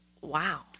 wow